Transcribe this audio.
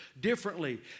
differently